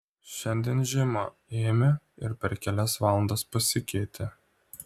šiandien žiema ėmė ir per kelias valandas pasikeitė